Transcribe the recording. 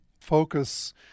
focus